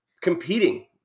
competing